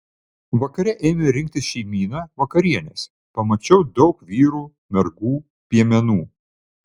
vakare ėmė rinktis šeimyna vakarienės pamačiau daug vyrų mergų piemenų